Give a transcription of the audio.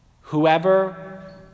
Whoever